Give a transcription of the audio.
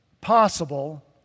possible